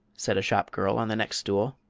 said a shop girl on the next stool.